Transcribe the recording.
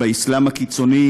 באסלאם הקיצוני,